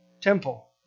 temple